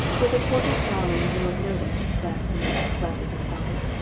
with a quarter's salary in lieu of notice, laughed neale, slapping his pocket.